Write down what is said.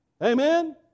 Amen